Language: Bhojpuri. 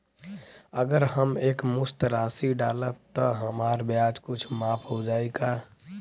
अगर हम एक मुस्त राशी डालब त हमार ब्याज कुछ माफ हो जायी का?